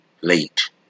late